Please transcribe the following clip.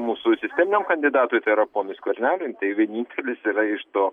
mūsų sisteminiam kandidatui tai yra ponui skverneliui tai vienintelis yra iš to